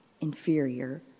inferior